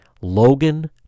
logan